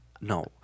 no